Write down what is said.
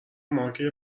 مارک